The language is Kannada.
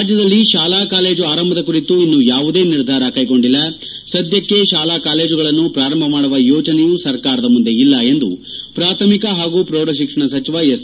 ರಾಜ್ಯದಲ್ಲಿ ತಾಲಾ ಕಾಲೇಜು ಆರಂಭದ ಕುರಿತು ಇನ್ನು ಯಾವುದೇ ನಿರ್ಧಾರ ಕೈಗೊಂಡಿಲ್ಲ ಸದ್ದಕ್ಕೆ ತಾಲೆ ಕಾಲೇಜುಗಳನ್ನು ಪೂರಂಭ ಮಾಡುವ ಯೋಚನೆಯು ಸರ್ಕಾರದ ಮುಂದೆ ಇಲ್ಲ ಎಂದು ಪೂಥಮಿಕ ಹಾಗೂ ಪ್ರೌಢಶಿಕ್ಷಣ ಸಚಿವ ಎಸ್